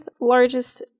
largest